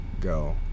go